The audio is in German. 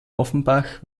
offenbach